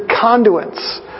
conduits